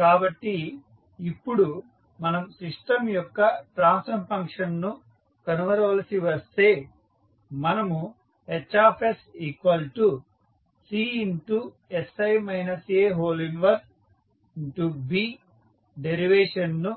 కాబట్టి ఇప్పుడు మనం సిస్టమ్ యొక్క ట్రాన్స్ఫర్ ఫంక్షన్ను కనుగొనవలసి వస్తే మనము HsCsI A 1B డెరివేషన్ ను